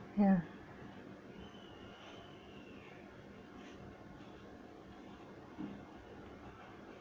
ya